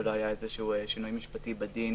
שלא היה שינוי משפטי בדין